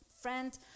friend